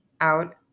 out